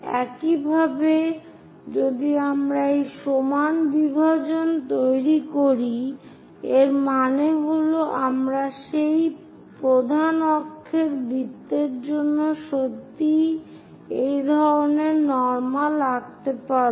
একইভাবে যদি আমরা এই সমান বিভাজন তৈরি করি এর মানে হল আমরা এই প্রধান অক্ষ বৃত্তের জন্য সত্যিই এই ধরনের নর্মাল আঁকতে পারব